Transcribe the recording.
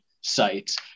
sites